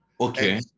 Okay